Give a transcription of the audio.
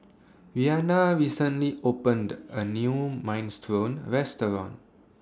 Reanna recently opened A New Minestrone Restaurant